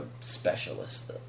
specialist